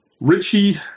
Richie